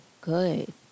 good